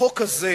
החוק הזה